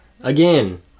Again